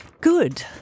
good